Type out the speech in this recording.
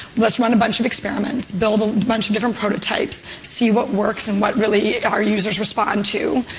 let's run a bunch of experiments, build a bunch of different prototypes, see what works and what really our users respond to,